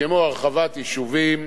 כמו הרחבת יישובים,